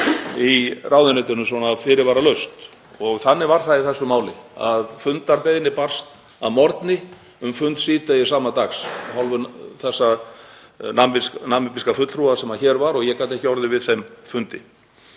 í ráðuneytinu svona fyrirvaralaust. Þannig var það í þessu máli að fundarbeiðni barst að morgni um fund síðdegis sama dags af hálfu þessa namibíska fulltrúa sem hér var og ég gat ekki orðið við þeim fundi.